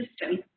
system